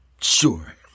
Sure